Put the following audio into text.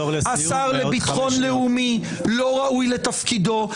השר לביטחון לאומי לא ראוי לתפקידו.